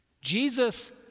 Jesus